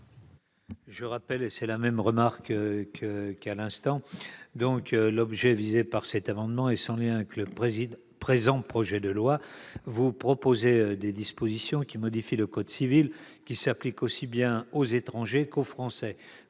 Je ferai la même remarque qu'à l'instant. L'objet visé par cet amendement est sans lien avec le présent projet de loi. Il y est proposé des dispositions qui modifient le code civil et s'appliquent aussi bien aux étrangers qu'aux Français.